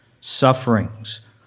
sufferings